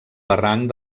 barranc